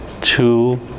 two